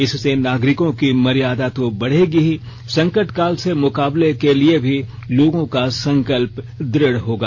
इससे नागरिकों की मर्यादा तो बढ़ेगी ही संकट काल से मुकाबले के लिए भी लोगों का संकल्प दृढ़ होगा